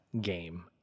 game